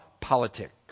politics